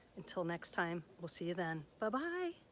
until next time we'll see you then, bye-bye